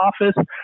office